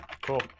Cool